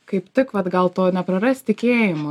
kaip tik vat gal to neprarast tikėjimo